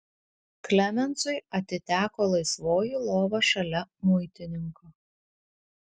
klemensui atiteko laisvoji lova šalia muitininko